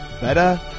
better